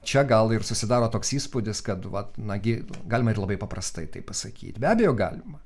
čia gal ir susidaro toks įspūdis kad vat na gi galima ir labai paprastai tai pasakyt be abejo galima